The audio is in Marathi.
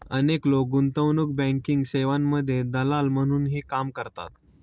अनेक लोक गुंतवणूक बँकिंग सेवांमध्ये दलाल म्हणूनही काम करतात